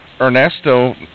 Ernesto